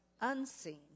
unseen